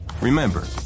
Remember